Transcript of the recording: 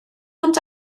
ond